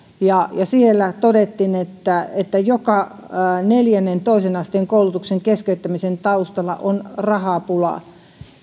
ja siellä todettiin että että joka neljännen toisen asteen koulutuksen keskeyttämisen taustalla on rahapula